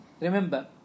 Remember